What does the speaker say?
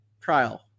trial